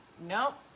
Nope